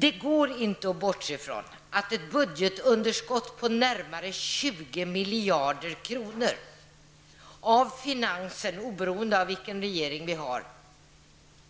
Det går inte att bortse från att ett budgetunderskott på närmare 20 miljarder kronor, oavsett vilken regering vi har,